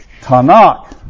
Tanakh